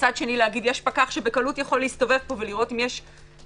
ומצד שני לומר: יש פקח שבקלות יכול להסתובב פה ולראות אם יש בעיה,